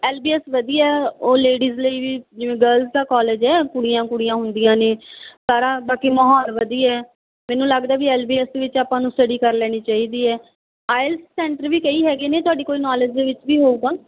L B S ਵਧੀਆ ਉਹ ladies ਲਈ ਵੀ ਜਿਵੇਂ ਗਲਜ਼ ਦਾ ਕਾਲਜ ਹੈ ਕੁੜੀਆਂ ਕੁੜੀਆਂ ਹੁੰਦੀਆਂ ਨੇ ਸਾਰਾ ਬਾਕੀ ਮਾਹੌਲ ਵਧੀਆ ਮੈਨੂੰ ਲੱਗਦਾ ਵੀ ਐਲ ਬੀ ਐਸ ਦੇ ਵਿੱਚ ਆਪਾਂ ਨੂੰ ਸਟੱਡੀ ਕਰ ਲੈਣੀ ਚਾਹੀਦੀ ਹੈ ਆਈਲਸ ਸੈਂਟਰ ਵੀ ਕਈ ਹੈਗੇ ਨੇ ਤੁਹਾਡੀ ਕੋਈ ਨੌਲੇਜ ਦੇ ਵਿੱਚ ਵੀ ਹੋਊਗਾ